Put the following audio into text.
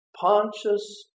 Pontius